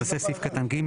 יתווסף סעיף קטן (ג),